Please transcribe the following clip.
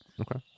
Okay